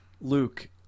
Luke